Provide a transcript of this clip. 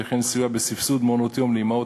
וכן סיוע בסבסוד מעונות-יום לאימהות